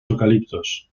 eucaliptos